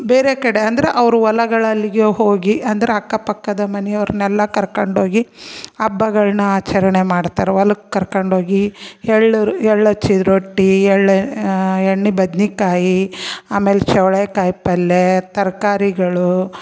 ಬೇರೆ ಕಡೆ ಅಂದರೆ ಅವ್ರ ಹೊಲಗಳಲ್ಲಿಗೆ ಹೋಗಿ ಅಂದ್ರೆ ಅಕ್ಕ ಪಕ್ಕದ ಮನೆಯವ್ರನ್ನೆಲ್ಲ ಕರ್ಕೊಂಡೋಗಿ ಹಬ್ಬಗಳನ್ನ ಆಚರಣೆ ಮಾಡ್ತಾರೆ ಹೊಲಕ್ಕೆ ಕರ್ಕೊಂಡೋಗಿ ಎಳ್ಳು ಎಳ್ಳು ಹಚ್ಚಿದ ರೊಟ್ಟಿ ಎಳ್ಳು ಎಣ್ಣೆ ಬದ್ನೇಕಾಯಿ ಆಮೇಲೆ ಚವಳೆ ಕಾಯಿ ಪಲ್ಲೆ ತರಕಾರಿಗಳೂ